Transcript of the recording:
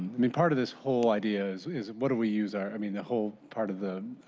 i mean part of this whole idea is is what do we use ah i mean the whole part of the